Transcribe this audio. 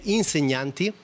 insegnanti